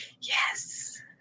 Yes